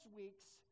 week's